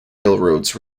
railroads